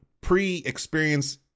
pre-experience